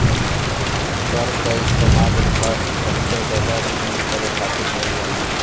कर क इस्तेमाल इंफ्रास्ट्रक्चर डेवलपमेंट करे खातिर करल जाला